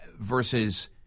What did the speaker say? versus